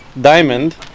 diamond